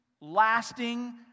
lasting